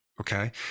Okay